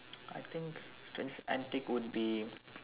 I think strangest antic would be